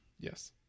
Yes